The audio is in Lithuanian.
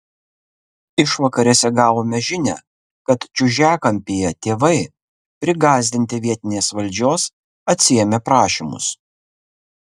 išvakarėse gavome žinią kad čiužiakampyje tėvai prigąsdinti vietinės valdžios atsiėmė prašymus